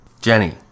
Jenny